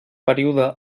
període